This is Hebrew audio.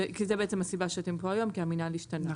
כי זו בעצם הסיבה שאתם פה היום, כי המינהל השתנה.